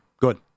good